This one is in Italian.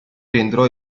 rientrò